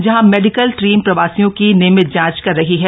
जहां medical team प्रवासियों की नियमित जॉच कर रही है